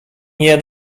nie